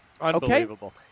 Unbelievable